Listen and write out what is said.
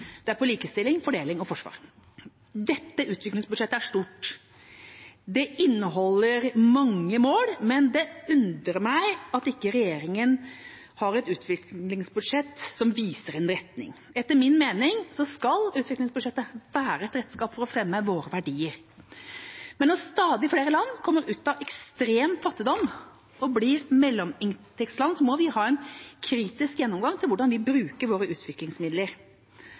hovedlinjene, er klima, likestilling, fordeling og forsvar. Dette utviklingsbudsjettet er stort. Det inneholder mange mål, men det undrer meg at ikke regjeringa har et utviklingsbudsjett som viser en retning. Etter min mening skal utviklingsbudsjettet være et redskap for å fremme våre verdier. Når stadig flere land kommer ut av ekstrem fattigdom og blir mellominntektsland, må vi ha en kritisk gjennomgang av hvordan vi bruker våre utviklingsmidler.